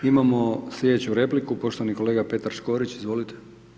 Imamo slijedeću repliku, poštovani kolega Petar Škorić, izvolite.